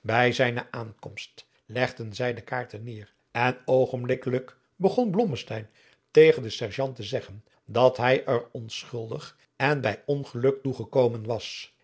bij zijne aankomst legden zij de kaarten neêr en oogenblikkelijk begon blommesteyn tegen den adriaan loosjes pzn het leven van johannes wouter blommesteyn serjant te zeggen dat hij er onschuldig en bij ongeluk toe gekomen was